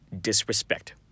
disrespect